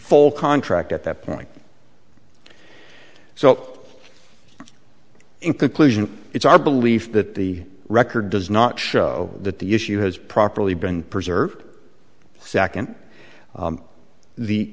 full contract at that point so in conclusion it's our belief that the record does not show that the issue has properly been preserved second